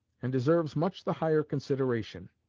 and deserves much the higher consideration.